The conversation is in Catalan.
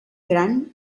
gran